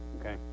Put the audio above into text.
okay